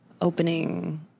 opening